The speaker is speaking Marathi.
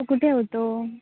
तो कुठे होतो